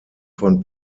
von